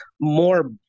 more